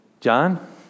John